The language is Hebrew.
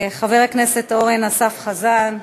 חבר הכנסת אורן אסף חזן,